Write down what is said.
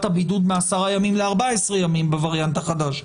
הבידוד מ-10 ימים ל-14 ימים בווריאנט החדש,